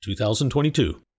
2022